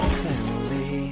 family